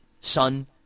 sun